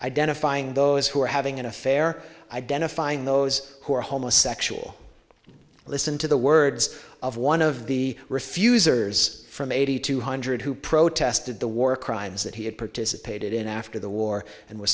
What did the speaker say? identifying those who are having an affair identifying those who are homosexual listen to the words of one of the refusers from eighty two hundred who protested the war crimes that he had participated in after the war and w